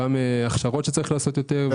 הכשרות שצריך לעשות יותר.